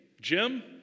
Jim